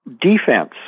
defense